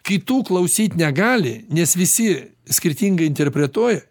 kitų klausyt negali nes visi skirtingai interpretuoja